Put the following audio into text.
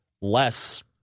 less